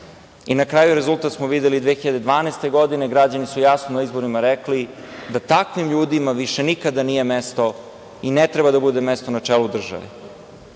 Na kraju, rezultat smo videli 2012. godine, građani su jasno na izborima rekli da takvim ljudima više nikada nije mesto i ne treba da bude mesto na čelu države. Onda,